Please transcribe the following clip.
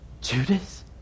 Judas